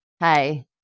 Hi